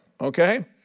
okay